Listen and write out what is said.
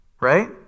right